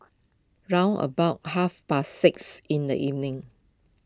round about half past six in the evening